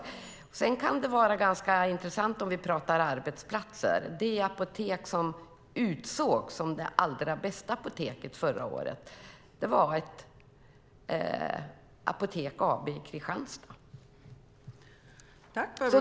Om vi pratar arbetsplatser kan det vara ganska intressant att höra att det apotek som utsågs till det allra bästa apoteket förra året var ett Apoteket AB i Kristianstad.